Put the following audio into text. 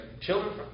children